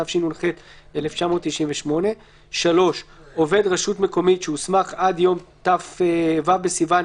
התשנ"ח 1998‏; (3)עובד רשות מקומית שהוסמך עד יום ט"ו בסיוון